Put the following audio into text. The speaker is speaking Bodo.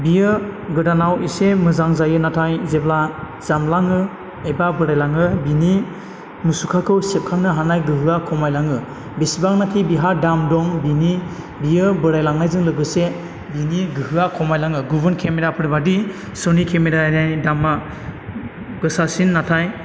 बियो गोदानाव इसे मोजां जायो नाथाय जेब्ला जामलाङो एबा बोराय लाङो बिनि मुसुखाखौ सेबखांनो हानाय गोहोया खमाय लाङो बिसिबांनाखि बिहा दाम दं बिनि बियो बोरायलांनायजों लोगोसे बिनि गोहोआ खमाय लाङो गुबुन केमेराफोर बायदि सनि केमेरानि दामा गोसासिन नाथाय